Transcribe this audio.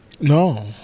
No